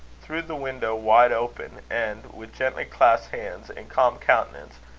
threw the window wide open and, with gently clasped hands and calm countenance,